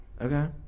Okay